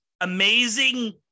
amazing